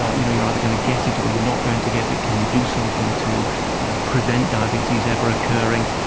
ah you know, you are either going to get it or you not going to get it, can you do something to prevent diabetes ever occurring.